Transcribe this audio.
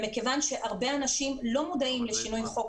ומכיוון שהרבה אנשים לא מודעים לשינוי חוק